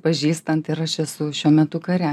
pažįstant ir aš esu šiuo metu kare